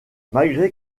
malgré